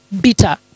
bitter